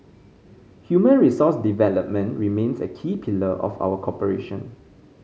human resource development remains a key pillar of our cooperation